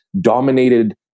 dominated